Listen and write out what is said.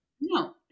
No